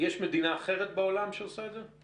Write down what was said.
יש מדינה אחרת בעולם שעושה את זה?